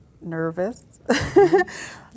Nervous